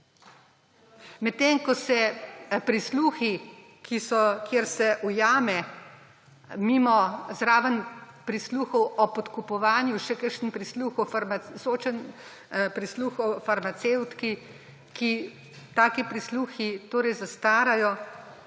Medtem ko se prisluhi, kjer se ujame zraven prisluhov o podkupovanju še kakšen soočen prisluh o farmacevtki, taki prisluhi torej zastarajo,